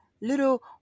Little